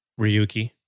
Ryuki